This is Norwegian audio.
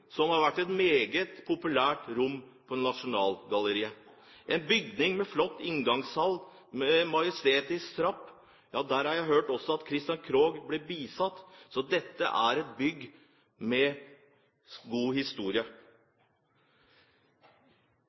som har vært et meget populært rom på Nasjonalgalleriet – en bygning med en flott inngangshall med en majestetisk trapp, som jeg har hørt at Christian Krogh ble bisatt fra, så dette er et bygg med god historie.